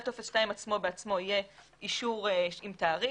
על טופס 2 בעצמו יהיה אישור עם תאריך,